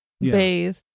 bathe